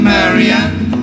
Marianne